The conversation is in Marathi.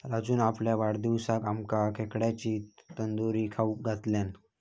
राजून आपल्या वाढदिवसाक आमका खेकड्यांची तंदूरी खाऊक घातल्यान